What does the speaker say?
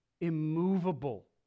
immovable